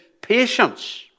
patience